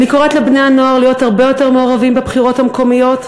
אני קוראת לבני-הנוער להיות הרבה יותר מעורבים בבחירות המקומיות,